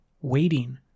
waiting